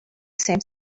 same